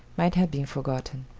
might have been forgotten.